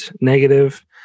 negative